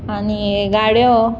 आनी गाडयो